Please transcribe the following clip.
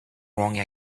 wrong